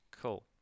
Cool